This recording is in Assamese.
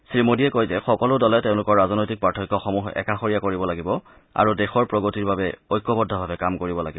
শ্ৰীমোদীয়ে কয় যে সকলো দলে তেওঁলোকৰ ৰাজনৈতিক পাৰ্থক্যসমূহ একাযৰীয়া কৰিব লাগিব আৰু দেশৰ প্ৰগতিৰ বাবে ঐক্যবদ্ধভাৱে কাম কৰিব লাগিব